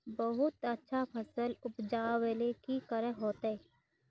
बहुत अच्छा फसल उपजावेले की करे होते?